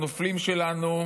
הנופלים שלנו,